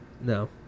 No